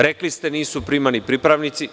Rekli ste – nisu primani pripravnici.